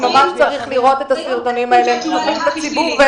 צריך לראות את הסרטונים האלה, הם פתוחים לציבור.